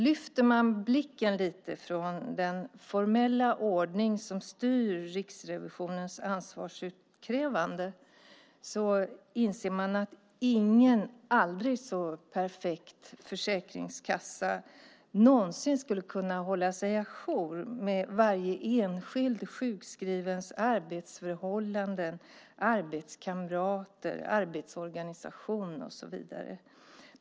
Lyfter man blicken lite från den formella ordning som styr Riksrevisionens ansvarsutkrävande inser man att ingen aldrig så perfekt försäkringskassa någonsin skulle kunna hålla sig ajour med varje enskild sjukskrivens arbetsförhållanden, arbetskamrater, arbetsorganisation och så vidare.